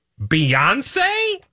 Beyonce